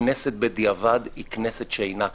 כנסת בדיעבד היא כנסת שאינה קיימת.